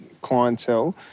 clientele